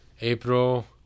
April